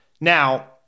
Now